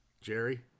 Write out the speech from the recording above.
Jerry